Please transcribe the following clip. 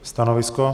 Stanovisko?